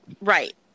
Right